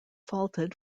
faulted